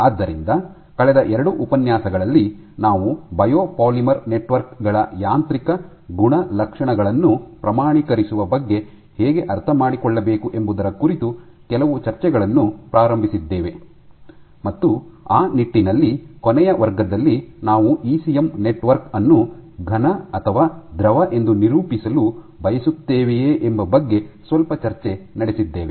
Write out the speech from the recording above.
ಆದ್ದರಿಂದ ಕಳೆದ ಎರಡು ಉಪನ್ಯಾಸಗಳಲ್ಲಿ ನಾವು ಬಯೋಪಾಲಿಮರ್ ನೆಟ್ವರ್ಕ್ ಗಳ ಯಾಂತ್ರಿಕ ಗುಣಲಕ್ಷಣಗಳನ್ನು ಪ್ರಮಾಣೀಕರಿಸುವ ಬಗ್ಗೆ ಹೇಗೆ ಅರ್ಥಮಾಡಿಕೊಳ್ಳಬೇಕು ಎಂಬುದರ ಕುರಿತು ಕೆಲವು ಚರ್ಚೆಗಳನ್ನು ಪ್ರಾರಂಭಿಸಿದ್ದೇವೆ ಮತ್ತು ಆ ನಿಟ್ಟಿನಲ್ಲಿ ಕೊನೆಯ ವರ್ಗದಲ್ಲಿ ನಾವು ಇಸಿಎಂ ನೆಟ್ವರ್ಕ್ ಅನ್ನು ಘನ ಅಥವಾ ದ್ರವ ಎಂದು ನಿರೂಪಿಸಲು ಬಯಸುತ್ತೇವೆಯೇ ಎಂಬ ಬಗ್ಗೆ ಸ್ವಲ್ಪ ಚರ್ಚೆ ನಡೆಸಿದ್ದೇವೆ